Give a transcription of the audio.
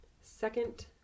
second